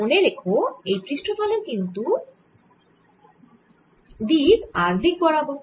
মনে রেখো এই পৃষ্ঠতলের দিক কিন্তু r দিক বরাবর